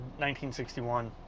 1961